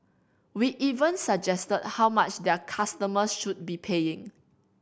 we even suggested how much their customers should be paying